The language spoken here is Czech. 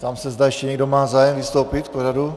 Ptám se, zda ještě někdo má zájem vystoupit k pořadu.